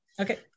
Okay